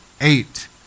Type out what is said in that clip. eight